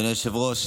אדוני היושב-ראש,